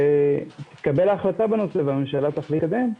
כשתתקבל החלטה בנושא והממשלה תחליט לקדם,